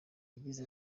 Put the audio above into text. yagize